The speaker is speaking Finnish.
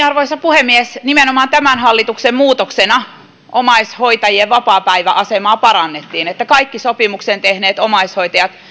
arvoisa puhemies nimenomaan tämän hallituksen muutoksena omaishoitajien vapaapäiväasemaa parannettiin niin että kaikki sopimuksen tehneet omaishoitajat